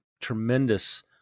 tremendous